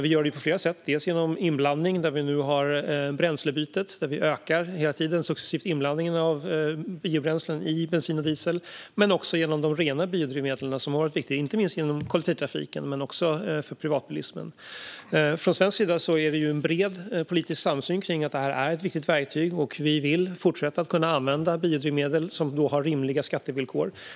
Vi gör det på flera sätt, dels genom inblandning där vi nu har bränslebytet där vi hela tiden successivt ökar inblandningen av biobränslen i bensin och diesel, dels genom de rena biodrivmedlen som har varit viktiga inte minst inom kollektivtrafiken men också för privatbilismen. Från svensk sida finns en bred politisk samsyn kring att det här är ett viktigt verktyg, och vi vill fortsätta att kunna använda biodrivmedel som har rimliga skattevillkor.